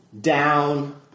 down